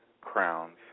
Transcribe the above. crowns